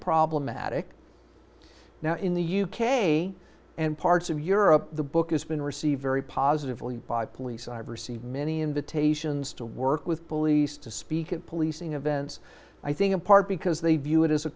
problematic now in the u k and parts of europe the book has been received very positively by police and i've received many invitations to work with police to speak at policing events i think in part because they view it as a